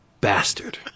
bastard